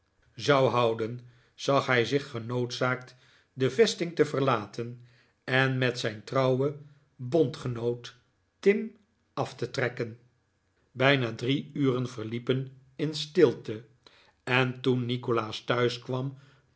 droefgeestig houden zag hij zich genoodzaakt de vesting te verlaten en met zijn trouwen bondgenoot tim af te trekken bijna drie uren verliepen in stilte en toen nikolaas